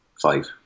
five